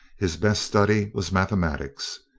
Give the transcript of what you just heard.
his best study was mathematics.